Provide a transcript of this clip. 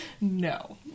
no